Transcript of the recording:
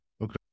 okay